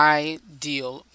ideal